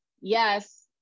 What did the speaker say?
Yes